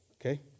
Okay